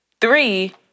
Three